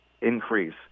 increase